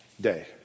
day